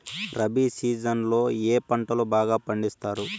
rabi season లో ఏ పంటలు బాగా పండిస్తారు